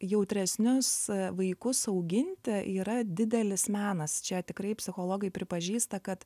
jautresnius vaikus auginti yra didelis menas čia tikrai psichologai pripažįsta kad